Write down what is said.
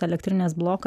elektrinės bloką